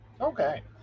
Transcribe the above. Okay